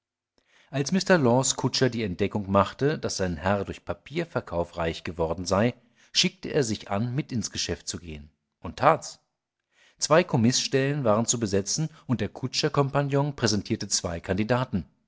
als mr laws kutscher die entdeckung machte daß sein herr durch papierverkauf reich geworden sei schickte er sich an mit ins geschäft zu gehen und tat's zwei kommisstellen waren zu besetzen und der kutscher kompagnon präsentierte zwei kandidaten